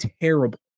terrible